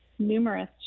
numerous